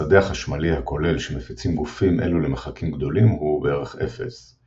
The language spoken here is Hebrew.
השדה החשמלי הכולל שמפיצים גופים אלו למרחקים גדולים הוא בערך אפס,